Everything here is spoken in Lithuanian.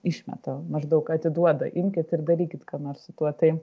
išmeta maždaug atiduoda imkit ir darykit ką nors tuo tai